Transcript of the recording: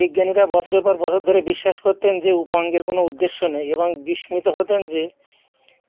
বিজ্ঞানীরা বছরের পর বছর ধরে বিশ্বাস করতেন যে উপাঙ্গের কোনো উদ্দেশ্য নেই এবং বিস্মিত হতেন যে